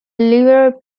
liberal